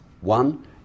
One